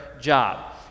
job